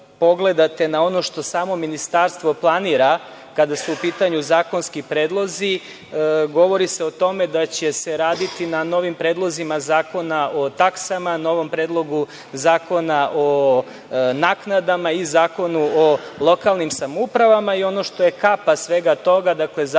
na ono što samo ministarstvo planira kada su u pitanju zakonski predlozi, govori se o tome da će se raditi na novim predlozima zakona o taksama, novom predlogu zakona o naknadama i zakonu o lokalnim samoupravama i ono što je kapa svega toga, dakle zakon